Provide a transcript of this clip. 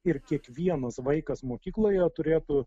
ir kiekvienas vaikas mokykloje turėtų